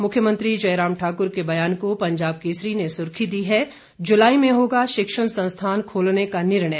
मुख्यमंत्री जयराम ठाकुर के बयान को पंजाब केसरी ने सुर्खी दी है जुलाई में होगा शिक्षण संस्थान खोलने का निर्णय